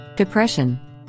Depression